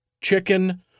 chicken